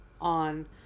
on